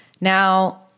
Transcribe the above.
Now